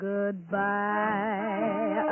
Goodbye